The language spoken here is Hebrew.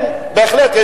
בהחלט,